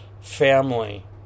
family